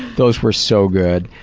those were so good.